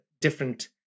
different